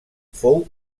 fou